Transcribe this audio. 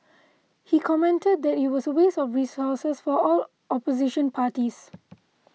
he commented that it was a waste of resources for all opposition parties